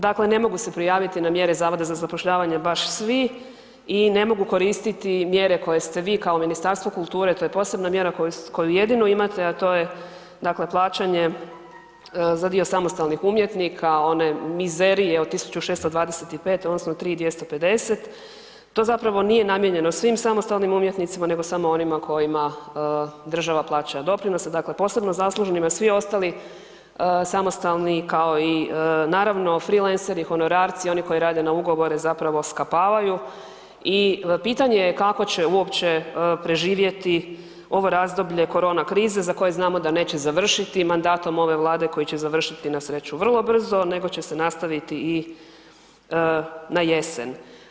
Dakle, ne mogu se prijaviti na mjere HZZ-a baš svi i ne mogu koristiti mjere koje ste vi kao Ministarstvo kulture, to je posebna mjera koju jedino imate, a to je, dakle plaćanje za dio samostalnih umjetnika, one mizerije od 1.625,00 odnosno 3.250,00, to zapravo nije namijenjeno svim samostalnim umjetnicima nego samo onima kojima država plaća doprinose, dakle posebno zaslužnima, svi ostali samostalni, kao i naravno freelanceri, honorarci, oni koji rade na ugovore zapravo skapavaju i pitanje je kako će uopće preživjeti ovo razdoblje korona krize za koje znamo da neće završiti mandatom ove Vlade koji će završiti na sreću vrlo brzo nego će se nastaviti i na jesen.